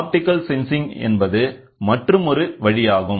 optical sensing என்பது மற்றுமொரு வழியாகும்